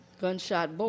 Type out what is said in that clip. Gunshot